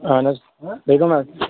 اہن حظ تُہۍ کٔم حظ